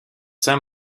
saint